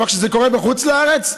אבל כשזה קורה בחוץ לארץ,